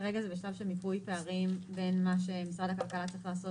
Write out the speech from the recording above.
כרגע זה בשלב של הערכת פערים בין מה שמשרד הכלכלה צריך לעשות,